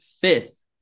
fifth